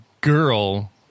girl